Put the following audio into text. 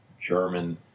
German